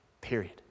Period